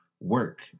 work